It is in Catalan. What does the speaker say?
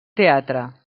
teatre